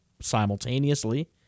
simultaneously